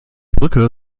brücke